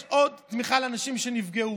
ויש עוד תמיכה לאנשים שנפגעו.